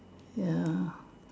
ya